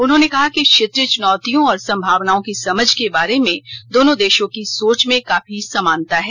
उन्होंने कहा कि क्षेत्रीय चुनौतियों और संभावनाओं की समझ के बारे में दोनों देशों की सोच में काफी समानता है